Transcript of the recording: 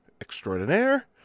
extraordinaire